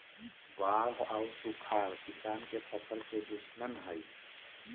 बाढ़ आउ सुखाड़ किसान के फसल के दुश्मन हइ